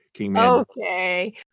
Okay